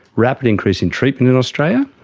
rapid increase in treatment in australia,